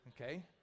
Okay